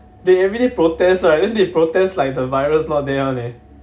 they everyday protests right then they protest like the virus not there one eh